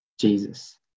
Jesus